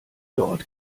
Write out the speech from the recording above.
dort